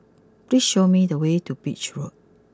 please show me the way to Beach Road